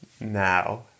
now